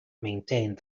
maintained